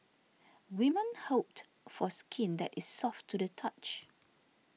women hoped for skin that is soft to the touch